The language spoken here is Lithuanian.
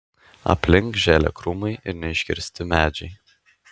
aplink žėlė krūmai ir neiškirsti medžiai